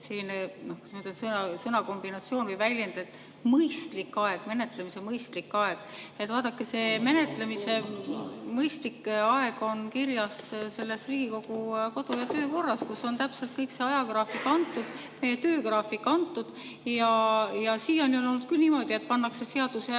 selline sõnakombinatsioon või väljend: "mõistlik aeg" või "menetlemise mõistlik aeg". Vaadake, see menetlemise mõistlik aeg on kirjas Riigikogu kodu- ja töökorras, kus on täpselt see ajagraafik, meie töögraafik antud. Siiani on olnud küll niimoodi, et pannakse seaduse järgi